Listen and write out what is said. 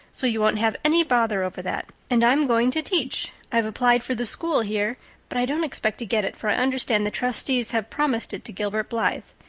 so you won't have any bother over that. and i'm going to teach. i've applied for the school here but i don't expect to get it for i understand the trustees have promised it to gilbert blythe.